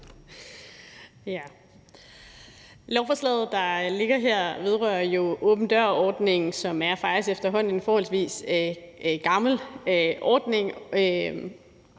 Lovforslaget, der ligger her, vedrører jo åben dør-ordningen, som efterhånden faktisk er en forholdsvis gammel ordning,